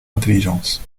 intelligence